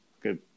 good